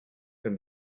than